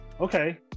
okay